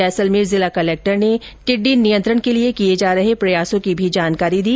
जैसलमेर जिला कलेक्टर ने टिड्डी नियंत्रण के लिए किए जा रहे प्रयासों की भी जानकारी दी